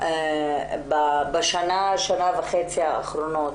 אל-ריאן בשנה וחצי האחרונות?